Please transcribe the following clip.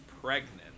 pregnant